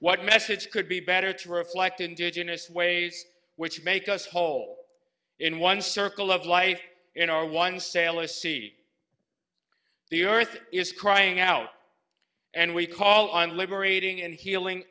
what message could be better to reflect indigenous ways which make us whole in one circle of life in our one sail a sea the earth is crying out and we call on liberating and healing